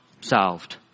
solved